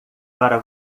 para